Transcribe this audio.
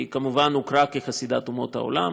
היא כמובן הוכרה כחסידת אומות העולם.